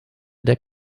der